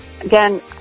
again